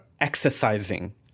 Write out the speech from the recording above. exercising